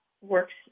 works